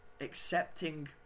accepting